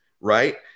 right